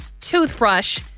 toothbrush